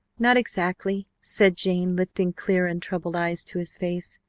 not exactly, said jane, lifting clear untroubled eyes to his face.